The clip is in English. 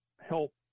help